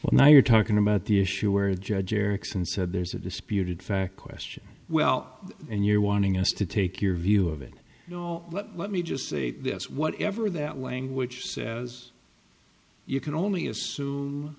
well now you're talking about the issue where the judge erickson said there's a disputed fact question well and you're wanting us to take your view of it you know let me just say this whatever that language says you can only assume